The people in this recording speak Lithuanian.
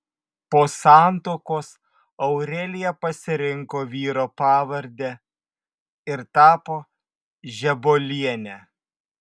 po santuokos aurelija pasirinko vyro pavardę ir tapo žebuoliene